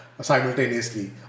simultaneously